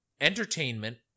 entertainment